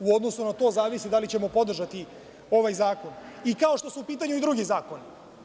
U odnosu na to zavisi da li ćemo podržati ovaj zakon i kao što su u pitanju i drugi zakoni.